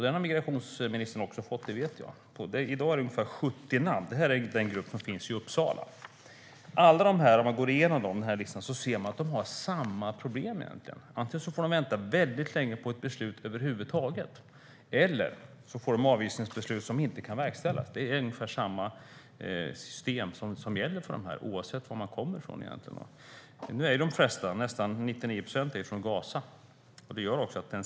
Den har migrationsministern också fått - det vet jag. I dag är det ungefär 70 namn. Det är den grupp som finns i Uppsala. Om man går igenom listan ser man att de egentligen har samma problem. Antingen får de vänta väldigt länge på ett beslut över huvud taget, eller så får de avvisningsbeslut som inte kan verkställas. Det är ungefär samma system som gäller för dem oavsett var de kommer från. Nu är de flesta, nästan 99 procent, från Gaza.